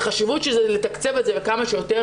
החשיבות של לתקצב את זה בכמה שיותר,